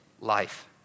life